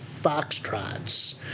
foxtrots